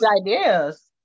ideas